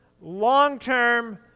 long-term